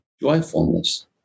joyfulness